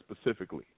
specifically